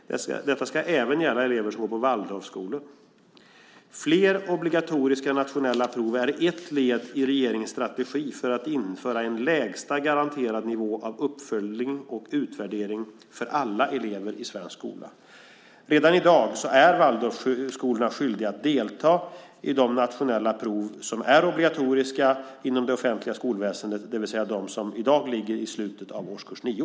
Detta ska även gälla elever som går i Waldorfskolor. Fler obligatoriska nationella prov är ett led i regeringens strategi för att införa en lägsta garanterad nivå av uppföljning och utvärdering för alla elever i svensk skola. Redan i dag är Waldorfskolor skyldiga att delta i de nationella prov som är obligatoriska inom det offentliga skolväsendet, det vill säga de som i dag ligger i slutet av årskurs 9.